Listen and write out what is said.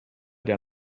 der